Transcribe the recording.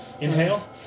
Inhale